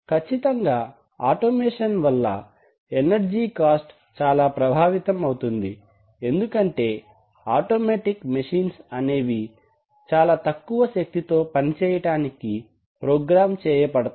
ఖచ్చితంగా ఆటోమేషన్ వల్ల energy cost చాలా ప్రభావితం అవుతుంది ఎందుకంటే ఆటోమేటిక్ మెషీన్స్ అనేవి చాలా తక్కువ శక్తితో పని చేయడానికి ప్రోగ్రామ్ చేయబడతాయి